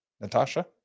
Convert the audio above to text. Natasha